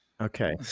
Okay